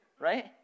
right